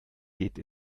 geht